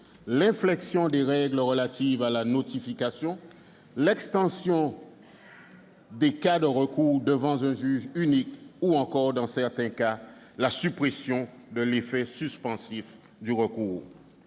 l'inflexion des règles relatives à la notification, l'extension des cas de recours devant un juge unique ou encore, dans certains cas, la suppression de l'effet suspensif du recours.